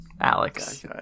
Alex